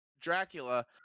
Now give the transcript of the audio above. Dracula